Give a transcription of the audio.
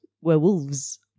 Werewolves